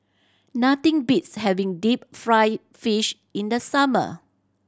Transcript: nothing beats having deep fried fish in the summer